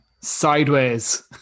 sideways